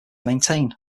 maintain